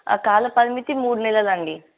ఆ కాల పరిమితి మూడు నెలలు అండి